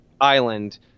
island